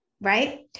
Right